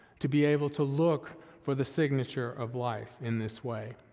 to be able to look for the signature of life in this way.